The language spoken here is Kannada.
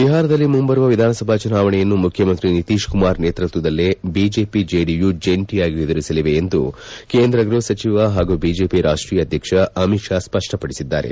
ಬಿಹಾರದಲ್ಲಿ ಮುಂಬರುವ ವಿಧಾನಸಭೆ ಚುನಾವಣೆಯನ್ನು ಮುಖ್ಯಮಂತ್ರಿ ನಿತೀಶ್ಕುಮಾರ್ ನೇತ್ಪತ್ತದಲ್ಲೇ ಬಿಜೆಪಿ ಜೆಡಿಯು ಜಂಟಿಯಾಗಿ ಎದುರಿಸಲಿವೆ ಎಂದು ಕೇಂದ್ರ ಗ್ಬಹ ಸಚಿವ ಹಾಗೂ ಬಿಜೆಪಿ ರಾಷ್ಷೀಯ ಅಧ್ಯಕ್ಷ ಅಮಿತ್ ಷಾ ಸ್ಪಷ್ಷಪಡಿಸಿದ್ದಾರೆ